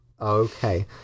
Okay